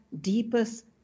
deepest